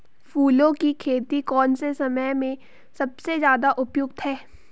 फूलों की खेती कौन से समय में सबसे ज़्यादा उपयुक्त है?